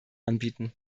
anbieten